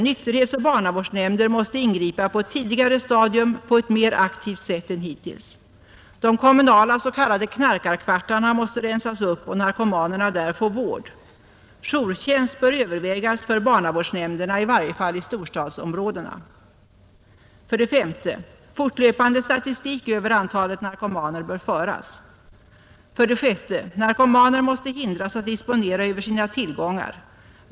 Nykterhetsoch barnavårdsnämnder måste ingripa på ett tidigare stadium och på ett mera aktivt sätt än hittills. De kommunala ”knarkarkvartarna” måste rensas upp och narkomanerna få vård. Jourtjänst bör övervägas för barnavårdsnämnderna, i varje fall i storstadsområdena. 6. Narkomaner måste hindras att disponera över sina tillgångar.